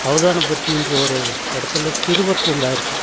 அவதானப்பட்டின்ற ஒரு இடத்துல சிறுவர் பூங்கா இருக்கு